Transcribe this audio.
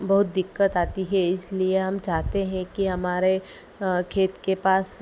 बहुत दिक्कत आती है इसलिए हम चाहते हैं कि हमारे खेत के पास